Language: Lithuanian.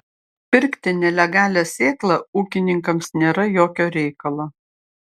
pirkti nelegalią sėklą ūkininkams nėra jokio reikalo